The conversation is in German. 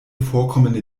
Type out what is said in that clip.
vorkommende